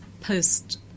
Post